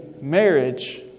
marriage